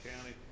County